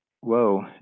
Whoa